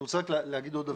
אני רוצה לומר עוד דבר.